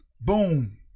boom